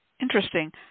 interesting